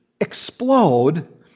explode